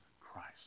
Christ